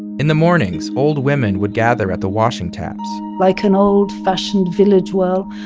in the mornings, old women would gather at the washing taps like an old-fashioned village well,